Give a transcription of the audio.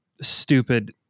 stupid